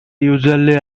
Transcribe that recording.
usually